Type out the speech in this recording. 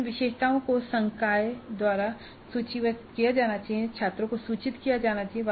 इन विशेषताओं को संकाय द्वारा सूचीबद्ध किया जाना चाहिए और छात्रों को सूचित किया जाना चाहिए